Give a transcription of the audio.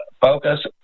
focus